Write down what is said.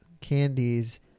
candies